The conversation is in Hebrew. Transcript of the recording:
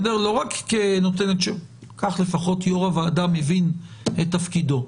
לא רק כנותנת --- כך לפחות יו"ר הוועדה מבין את תפקידו.